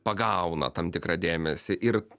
pagauna tam tikrą dėmesį ir